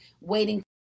waiting